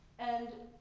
and